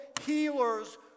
healers